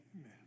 Amen